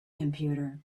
computer